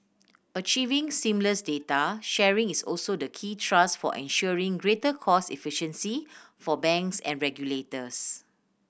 achieving seamless data sharing is also the key thrust for ensuring greater cost efficiency for banks and regulators